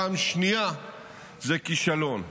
פעם שנייה זה כישלון.